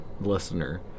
listener